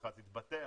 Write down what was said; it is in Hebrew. מכרז התבטל,